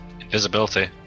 Invisibility